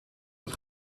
het